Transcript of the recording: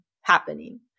happening